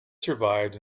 survived